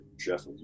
Jeff